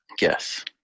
yes